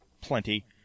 plenty